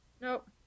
Nope